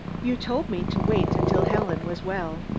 you told me to wait until helen was well.